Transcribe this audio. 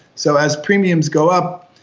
so as premiums go up,